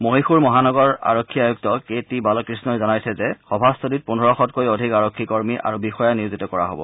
মহীশূৰ মহানগৰ আৰক্ষী আয়ুক্ত কে টি বালাকৃষ্ণই জনাইছে যে সভাস্থলীত পোন্ধৰশতকৈও অধিক আৰক্ষী কৰ্মী আৰু বিষয়া নিয়োজিত কৰা হব